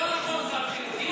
לא, זה לא נכון, שר החינוך.